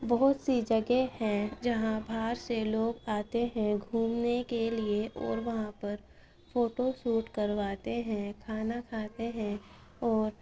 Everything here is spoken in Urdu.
بہت سی جگہ ہیں جہاں باہر سے لوگ آتے ہیں گھومنے کے لیے اور وہاں پر فوٹو شوٹ کرواتے ہیں کھانا کھاتے ہیں اور